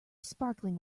sparkling